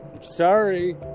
Sorry